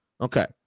Okay